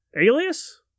Alias